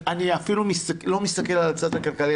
אני אפילו לא מסתכל על הצד הכלכלי,